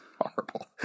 horrible